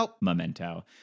Memento